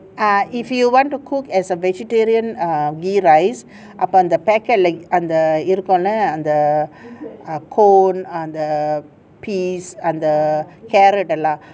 ah if you want to cook as a vegetarian err ghee rice அப்ப அந்த:appa antha packet like அந்த:antha the corn and the peas and the carrot எல்லாம்:ellam